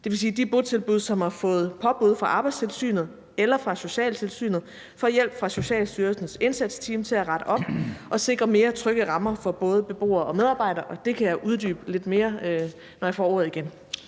Det vil sige, at de botilbud, som har fået påbud fra Arbejdstilsynet eller fra socialtilsynet, får hjælp fra Socialstyrelsens indsatsteam til at rette op og sikre mere trygge rammer for både beboere og medarbejdere, og det kan jeg uddybe lidt mere, når jeg får ordet igen.